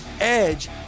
Edge